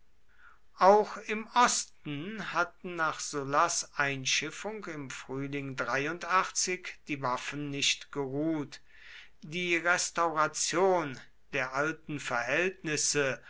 auch im osten hatten nach sullas einschiffung im frühling die waffen nicht geruht die restauration der alten verhältnisse